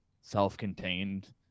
self-contained